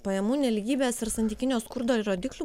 pajamų nelygybės ir santykinio skurdo rodiklių